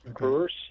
verse